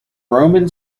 roman